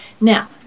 Now